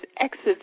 exit